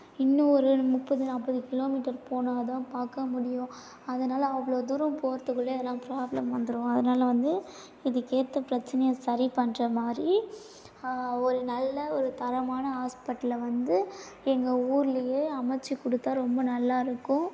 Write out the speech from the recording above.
இன்னும் ஒரு முப்பது நாற்பது கிலோமீட்டர் போனால்தான் பார்க்கமுடியும் அதனால் அவ்வளோ தூரம் போகிறத்துக்குள்ளே எதனால் ப்ராப்ளம் வந்துடும் அதனால வந்து இதுக்கேற்ற பிரச்சினைய சரி பண்ணுற மாதிரி ஒரு நல்ல ஒரு தரமான ஹாஸ்பிட்டலில் வந்து எங்கள் ஊர்லேயே அமைத்து கொடுத்தா ரொம்ப நல்லா இருக்கும்